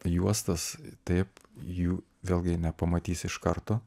juostas taip jų vėlgi nepamatysi iš karto